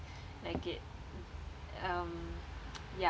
like it um ya